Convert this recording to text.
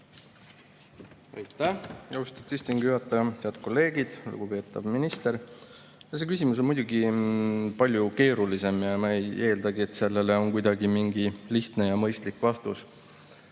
Aitäh, austatud istungi juhataja! Head kolleegid! Lugupeetav minister! See küsimus on muidugi palju keerulisem ja me ei eeldagi, et sellele on mingi lihtne ja mõistlik vastus.